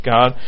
God